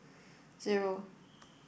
zero